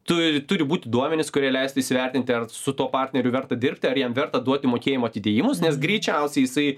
tu turi būti duomenys kurie leistų įsivertinti ar su tuo partneriu verta dirbti ar jam verta duoti mokėjimo atidėjimus nes greičiausiai jisai